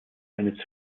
eine